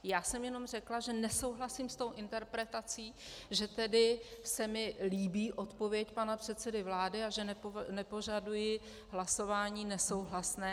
Já jsem jenom řekla, že nesouhlasím s interpretací, tedy že se mi líbí odpověď pana předsedy vlády a že nepožaduji hlasování nesouhlasné.